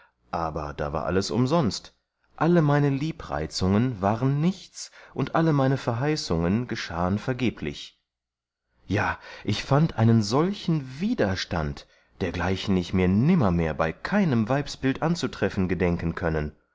aber da war alles umsonst alle meine liebreizungen waren nichts und alle meine verheißungen geschahen vergeblich ja ich fand einen solchen widerstand dergleichen ich mir nimmermehr bei keinem weibsbild anzutreffen gedenken können